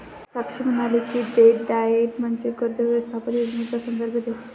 साक्षी म्हणाली की, debt diet म्हणजे कर्ज व्यवस्थापन योजनेचा संदर्भ देतं